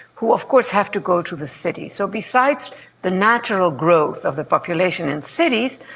who of course have to go to the city. so besides the natural growth of the population in cities,